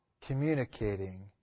communicating